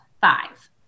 five